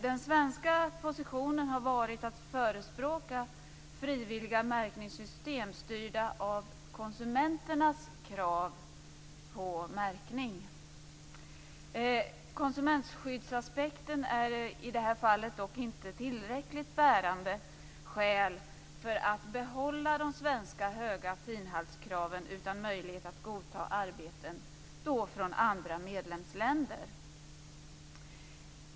Den svenska positionen har varit att förespråka frivilliga märkningssystem styrda av konsumenternas krav på märkning. Konsumentskyddsaspekten är i det här fallet dock inte tillräckligt bärande skäl för att vi ska kunna behålla de svenska höga finhaltskraven utan möjlighet att godta arbeten från andra medlemsländer.